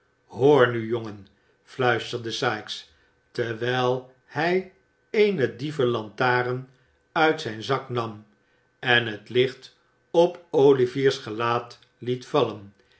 hoor nu jongen fluisterde sikes terwijl hij eene dievenlantaren uit zijn zak nam en het licht op olivier's gelaat liet vallen